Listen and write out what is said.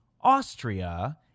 Austria